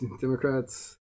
Democrats